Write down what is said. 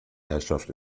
herrschaft